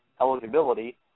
eligibility